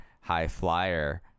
high-flyer